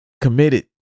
committed